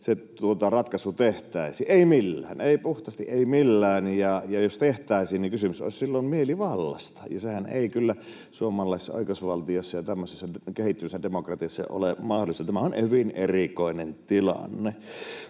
se ratkaisu tehtäisiin? Ei millään, puhtaasti ei millään. Ja jos tehtäisiin, niin kysymys olisi silloin mielivallasta, ja sehän ei kyllä suomalaisessa oi- keusvaltiossa ja tämmöisessä kehittyneessä demokratiassa ole mahdollista. Tämä on hyvin erikoinen tilanne.